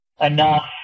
enough